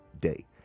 day